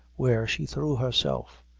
where she threw herself.